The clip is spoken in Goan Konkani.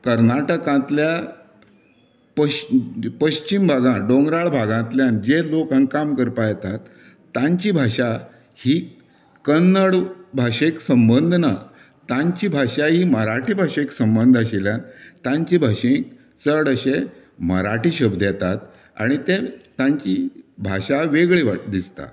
कर्नाटकांतल्या पश पश्चिम भागांत दोंगराळ भागांतल्यान जे लोक हांगा काम करपाक येतात तांची भाशा ही कन्नड भाशेंक संबंद ना तांची भाशा ही मराठी भाशेक संबंद आशिल्ल्यान तांचे भाशेंत चड अशें मराठी शब्द येतात आनी ते तांची भाशा वेगळ्यो दिसतात